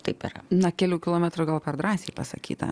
tik per na kelių kilometrų gal per drąsiai pasakyta